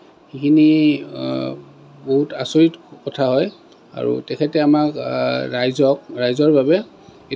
সেইখিনি বহুত আচৰিত কথা হয় আৰু তেখেতে আমাক ৰাইজক ৰাইজৰ বাবে